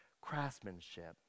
craftsmanship